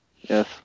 Yes